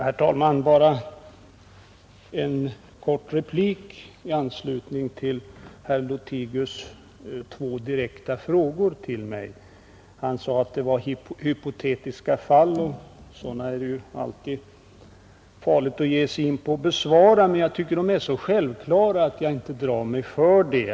Herr talman! Bara en kort replik i anslutning till herr Lothigius” två direkta frågor till mig. Han sade att frågorna rörde sig om hypotetiska fall, och det är ju alltid farligt att ge sig in på att besvara sådana. Men jag tycker att de är så självklara att jag inte drar mig för det.